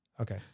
Okay